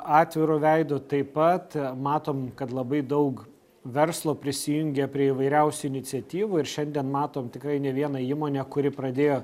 atviru veidu taip pat matom kad labai daug verslo prisijungia prie įvairiausių iniciatyvų ir šiandien matom tikrai ne vieną įmonę kuri pradėjo